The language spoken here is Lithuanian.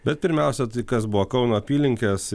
bet pirmiausia tai kas buvo kauno apylinkės